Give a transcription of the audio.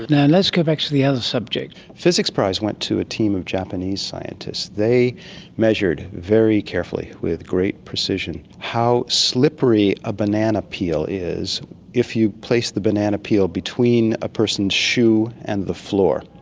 now, let's go back to the other subject. the physics prize went to a team of japanese scientists. they measured very carefully with great precision how slippery a banana peel is if you place the banana peel between a person's shoe and the floor.